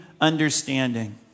understanding